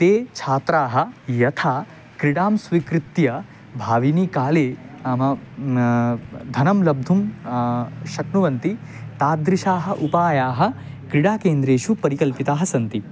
ते छात्राः यथा क्रीडां स्वीकृत्य भाविकाले नाम धनं लब्धुं शक्नुवन्ति ताद्दृशाः उपायाः क्रीडाकेन्द्रेषु परिकल्पिताः सन्ति